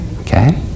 Okay